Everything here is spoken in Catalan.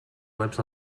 webs